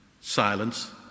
silence